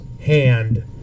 hand